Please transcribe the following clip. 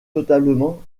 totalement